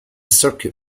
circuit